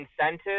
incentive